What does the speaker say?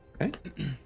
Okay